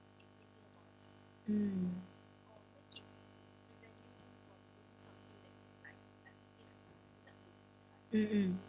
mm mm mm